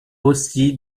aussi